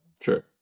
Sure